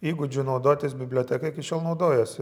įgūdžiu naudotis biblioteka iki šiol naudojuosi